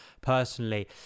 personally